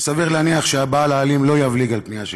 וסביר להניח שהבעל האלים לא יבליג על פנייה שכזאת.